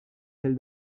sels